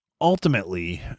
ultimately